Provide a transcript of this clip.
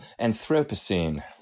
Anthropocene